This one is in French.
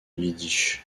yiddish